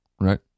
Right